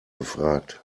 gefragt